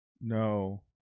no